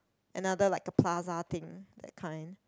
another like a plaza thing that kind